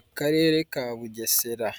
Akarere ka Bugesera,